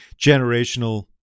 generational